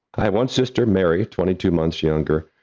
i have one sister, mary, twenty two months younger.